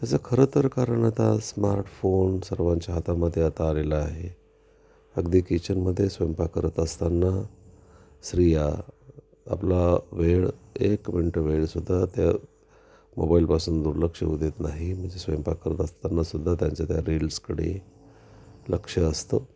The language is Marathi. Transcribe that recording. त्याचं खरं तर कारण आता स्मार्टफोन सर्वांच्या हातामध्ये आता आलेला आहे अगदी किचनमध्ये स्वयंपाक करत असताना स्त्रिया आपला वेळ एक मिनटं वेळसुद्धा त्या मोबाईलपासून दुर्लक्ष हो देत नाही म्हणजे स्वयंपाक करत असतानासुद्धा त्यांच्या त्या रील्सकडे लक्ष असतं